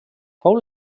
fou